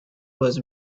was